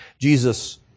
Jesus